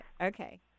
Okay